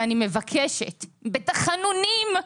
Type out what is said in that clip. ואני מבקשת בתחנונים,